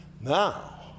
Now